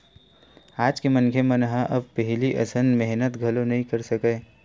आज के मनखे मन ह अब पहिली असन मेहनत घलो नइ कर सकय